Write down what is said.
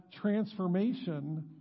transformation